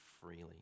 freely